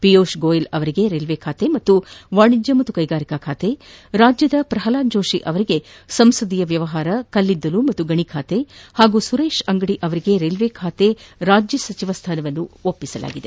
ಪಿಯೂಷ್ ಗೋಯಲ್ ಅವರಿಗೆ ರೈಲ್ವೆ ಖಾತೆ ಮತ್ತು ವಾಣಿಜ್ಯ ಹಾಗೂ ಕ್ವೆಗಾರಿಕಾ ಖಾತೆ ರಾಜ್ಯದ ಪ್ರಹ್ಲಾದ್ ಜೋಷಿ ಅವರಿಗೆ ಸಂಸದೀಯ ವ್ಯವಹಾರ ಕಲ್ಲಿದ್ದಲು ಮತ್ತು ಗಣಿ ಖಾತೆ ಮತ್ತು ಸುರೇಶ್ ಅಂಗದಿ ಅವರಿಗೆ ರೈಲ್ಲೆ ಖಾತೆ ರಾಜ್ಯ ಸಚಿವ ಸ್ಥಾನ ನೀಡಲಾಗಿದೆ